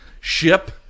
ship